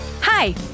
Hi